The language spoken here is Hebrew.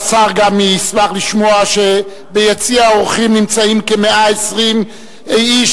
השר גם ישמח לשמוע שביציע האורחים נמצאים כ-120 איש,